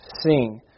Sing